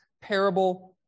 parable